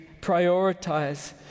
prioritize